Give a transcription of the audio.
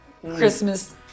Christmas